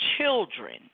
children